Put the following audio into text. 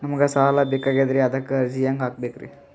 ನಮಗ ಸಾಲ ಬೇಕಾಗ್ಯದ್ರಿ ಅದಕ್ಕ ಅರ್ಜಿ ಹೆಂಗ ಹಾಕಬೇಕ್ರಿ?